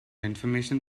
information